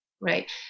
Right